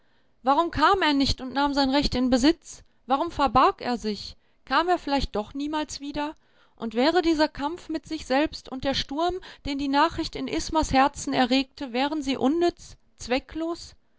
warum kam er nicht und nahm sein recht in besitz warum verbarg er sich kam er vielleicht doch niemals wieder und wäre dieser kampf mit sich selbst und der sturm den die nachricht in ismas herzen erregte wären sie unnütz zwecklos